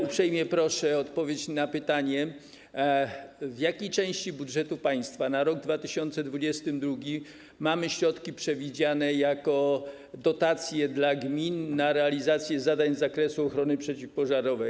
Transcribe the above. Uprzejmie proszę o odpowiedź na pytanie, w jakiej części budżetu państwa na rok 2022 mamy środki przewidziane jako dotacje dla gmin na realizację zadań z zakresu ochrony przeciwpożarowej.